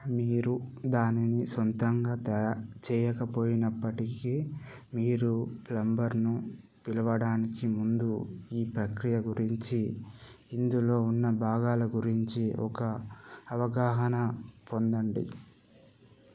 మీరు దానిని సొంతంగా తయా చేయకపోయినప్పటికీ మీరు ప్లంబర్ను పిలవడానికి ముందు ఈ ప్రక్రియ గురించి ఇందులో ఉన్న భాగాల గురించి ఒక అవగాహన పొందండి